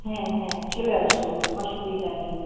হ্যাঁ হ্যাঁ চলে আসবো অসুবিধা নেই